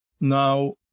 Now